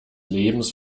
lebens